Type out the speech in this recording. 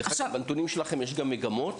דרך אגב, בנתונים שלכם יש גם מגמות?